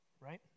right